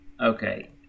Okay